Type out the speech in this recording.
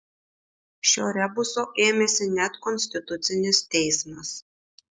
šio rebuso ėmėsi net konstitucinis teismas